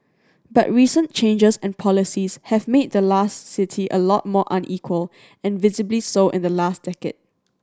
but recent changes and policies have made the last city a lot more unequal and visibly so in the last decade